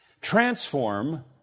Transform